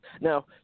Now